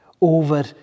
over